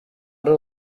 ari